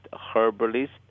herbalist